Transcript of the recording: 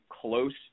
close